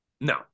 No